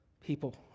people